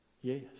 yes